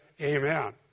amen